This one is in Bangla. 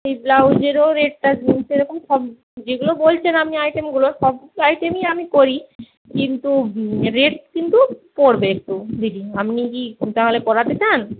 এই ব্লাউজেরও রেটটা সেরকম সব যেগুলো বলছেন আপনি আইটেমগুলো সব আইটেমই আমি করি কিন্তু রেট কিন্তু পড়বে একটু দিদি আপনি কি তাহলে করাতে চান